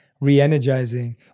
re-energizing